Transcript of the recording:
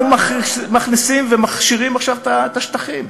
אנחנו מכניסים ומכשירים עכשיו את השטחים.